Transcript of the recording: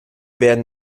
werden